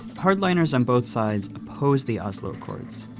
hard-liners on both sides opposed the oslo accords.